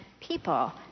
people